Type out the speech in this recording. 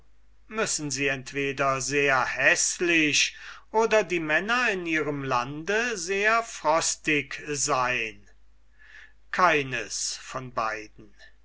müssen sie entweder sehr häßlich oder ihre männer sehr frostig sein keines von beiden